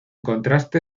contraste